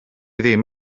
ddim